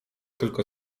tylko